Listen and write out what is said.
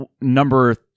number